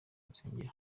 nsengero